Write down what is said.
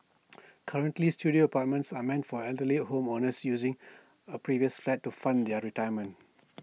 currently Studio apartments are meant for elderly home owners using A previous flat to fund their retirement